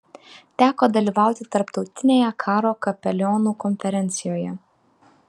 teko dalyvauti tarptautinėje karo kapelionų konferencijoje